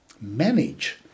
manage